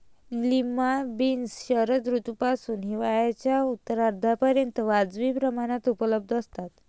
lima beans शरद ऋतूपासून हिवाळ्याच्या उत्तरार्धापर्यंत वाजवी प्रमाणात उपलब्ध असतात